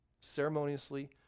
ceremoniously